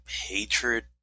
hatred